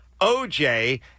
OJ